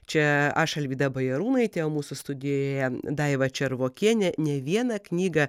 čia aš alvyda bajarūnaitė o mūsų studijoje daiva červokienė ne vieną knygą